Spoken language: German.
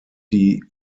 die